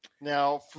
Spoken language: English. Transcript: Now